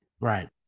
Right